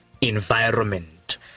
environment